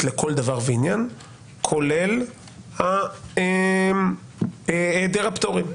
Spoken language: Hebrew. לכל דבר ועניין כולל היעדר הפטורים.